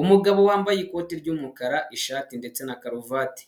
Umugabo wambaye ikoti ry'umukara, ishati ndetse na karuvati,